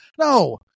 No